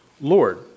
Lord